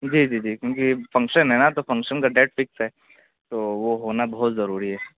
جی جی جی کیوںکہ فنکشن ہے نا تو فنکشن کا ڈیٹ فکس ہے تو وہ ہونا بہت ضروری ہے